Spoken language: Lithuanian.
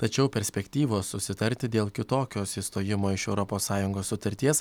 tačiau perspektyvos susitarti dėl kitokios išstojimo iš europos sąjungos sutarties